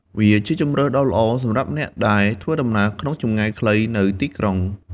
វាជាជម្រើសដ៏ល្អសម្រាប់អ្នកដែលធ្វើដំណើរក្នុងចម្ងាយខ្លីនៅទីក្រុង។